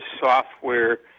software